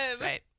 Right